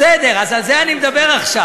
בסדר, אז על זה אני מדבר עכשיו.